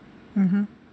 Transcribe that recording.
mmhmm